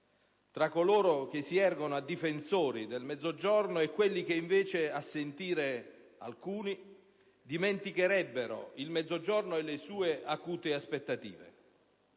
tra coloro che si ergono a difensori del Mezzogiorno e quelli che invece, a sentire alcuni, lo dimenticherebbero, con le sue acute aspettative.